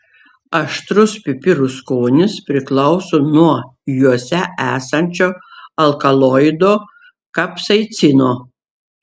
aštrus pipirų skonis priklauso nuo juose esančio alkaloido kapsaicino